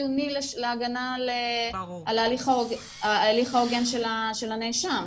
חיוני להגנה על ההליך ההוגן של הנאשם.